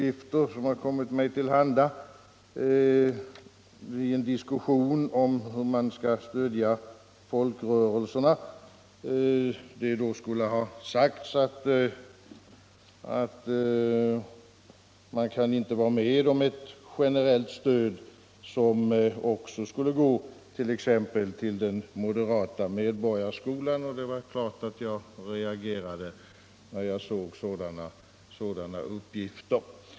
I en diskussion om hur man skall stödja folkrörelserna skulle det där ha sagts, enligt uppgifter som kommit mig till handa, att man inte kan vara med om ett generellt stöd, som också skulle gå till exempelvis den moderata Medborgarskolan. Det är klart att jag reagerade när jag såg sådana uppgifter.